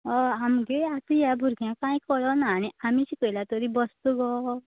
हय आमगे आतां ह्या भुरग्यांक कांय कळना ना आनी आमी शिकयल्यार तरी बसता गो